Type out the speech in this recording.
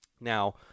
Now